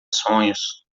sonhos